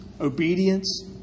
obedience